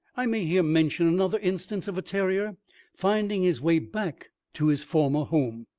i may here mention another instance of a terrier finding his way back to his former home.